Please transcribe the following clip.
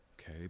okay